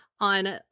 On